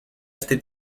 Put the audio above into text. este